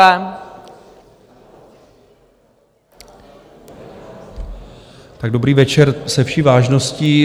Tak dobrý večer, se vší vážností.